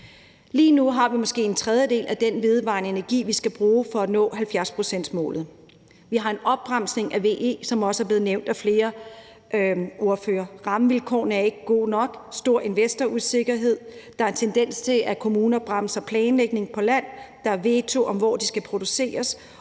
Lige nu har vi måske en tredjedel af den vedvarende energi, vi skal bruge for at nå 70-procentsmålet. Vi har en opbremsning af VE, som også er blevet nævnt af flere ordførere. Rammevilkårene er ikke gode nok, der er stor investorusikkerhed, der er tendens til, at kommuner bremser planlægning på land, der er veto, i forhold til hvor de skal produceres,